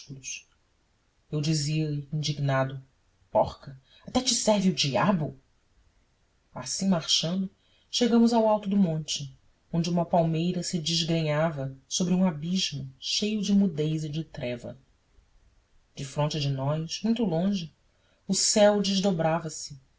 músculos eu dizia-lhe indignado porca até te serve o diabo assim marchando chegamos ao alto do monte onde uma palmeira se desgrenhava sobre um abismo cheio de mudez e de treva defronte de nós muito longe o céu desdobrava se